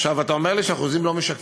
עכשיו, אתה אומר לי שהאחוזים לא משקפים.